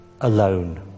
alone